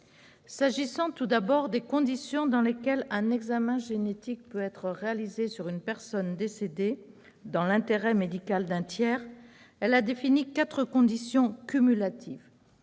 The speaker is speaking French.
S'agissant tout d'abord des conditions dans lesquelles un examen génétique peut être réalisé sur une personne décédée dans l'intérêt médical d'un tiers, elle a défini quatre conditions cumulatives.